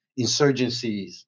insurgencies